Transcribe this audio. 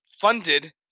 funded